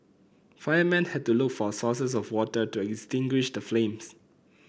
firemen had to look for sources of water to extinguish the flames